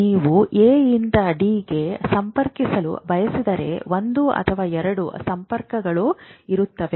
ನೀವು ಎ ಯಿಂದ ಡಿ ಗೆ ಸಂಪರ್ಕಿಸಲು ಬಯಸಿದರೆ 1 ಅಥವಾ 2 ಸಂಪರ್ಕಗಳು ಇರುತ್ತವೆ